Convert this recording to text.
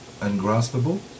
ungraspable